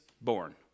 born